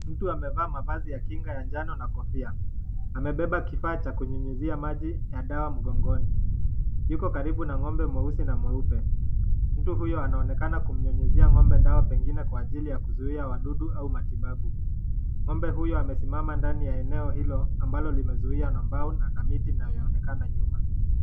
Mtu amevaa mavazi ya kinga ya njano na kofia, amebeba kifaa cha kunyunyizia maji ya dawa mgongoni. Yuko karibu na ng'ombe mweusi na mweupe, mtu huyo anaonekana kumnyunyizia ng'ombe dawa pengine kwa ajili ya kuzuia wadudu au matibabu. Ng'ombe huyo amesimama ndani ya eneo hilo ambalo limezuiwa na mbao na miti inayoonekana nyuma.